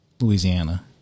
Louisiana